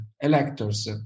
electors